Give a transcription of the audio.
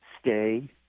stay